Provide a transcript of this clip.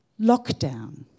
lockdown